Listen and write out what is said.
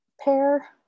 pair